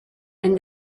and